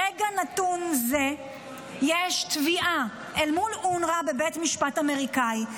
ברגע נתון זה יש תביעה אל מול אונר"א בבית משפט אמריקאי,